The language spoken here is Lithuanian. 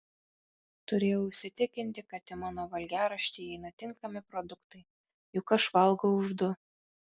turėjau įsitikinti kad į mano valgiaraštį įeina tinkami produktai juk aš valgau už du